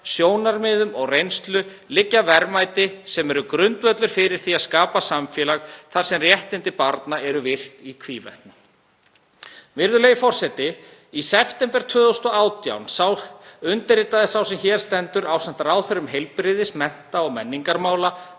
sjónarmiðum og reynslu liggja verðmæti sem eru grundvöllur fyrir því að skapa samfélag þar sem réttindi barna eru virt í hvívetna. Virðulegi forseti. Í september 2018 undirritaði sá sem hér stendur, ásamt ráðherrum heilbrigðismála, mennta- og menningarmála,